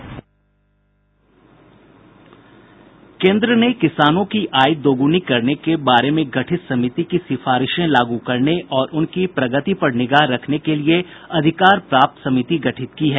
केन्द्र ने किसानों की आय दोगुनी करने के बारे में गठित समिति की सिफारिशें लागू करने और उनकी प्रगति पर निगाह रखने के लिए अधिकार प्राप्त समिति गठित की है